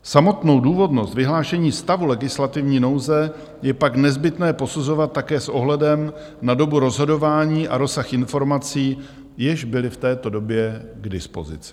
Samotnou důvodnost vyhlášení stavu legislativní nouze je pak nezbytné posuzovat také s ohledem na dobu rozhodování a rozsah informací, jež byly v této době k dispozici.